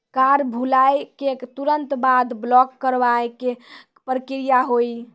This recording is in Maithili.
कार्ड भुलाए के तुरंत बाद ब्लॉक करवाए के का प्रक्रिया हुई?